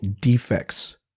defects